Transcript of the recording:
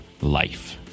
life